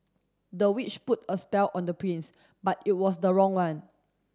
the witch put a spell on the prince but it was the wrong one